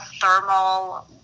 thermal